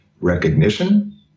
recognition